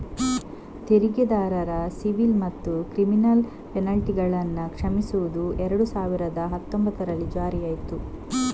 ತೆರಿಗೆದಾರರ ಸಿವಿಲ್ ಮತ್ತೆ ಕ್ರಿಮಿನಲ್ ಪೆನಲ್ಟಿಗಳನ್ನ ಕ್ಷಮಿಸುದು ಎರಡು ಸಾವಿರದ ಹತ್ತೊಂಭತ್ತರಲ್ಲಿ ಜಾರಿಯಾಯ್ತು